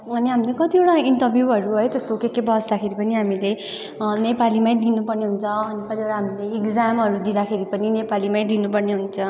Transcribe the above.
अनि हामीले कतिवटा इन्टरभ्युहरू है त्यस्तो के के बस्दाखेरि पनि हामीले नेपालीमै दिनु पर्ने हुन्छ अनि कतिवटा हामीले एग्जामहरू दिँदाखेरि पनि हामीले नेपालीमै दिनु पर्ने हुन्छ